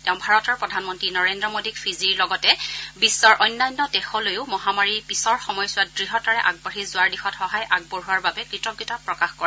তেওঁ ভাৰতৰ প্ৰধানমন্তী নৰেন্দ্ৰ মোদীক ফিজিৰ লগতে বিশ্বৰ অন্যান্য দেশলৈও মহামাৰীৰ পিছৰ সময়ছোৱাত দৃঢ়তাৰে আগবাঢ়ি যোৱাৰ দিশত সহায় আগবঢ়োৱাৰ বাবে কৃতজ্ঞতা প্ৰকাশ কৰে